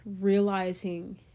realizing